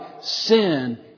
sin